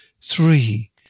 three